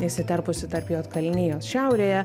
įsiterpusi tarp juodkalnijos šiaurėje